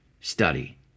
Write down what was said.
study